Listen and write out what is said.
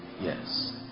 yes